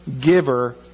giver